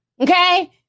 okay